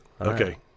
Okay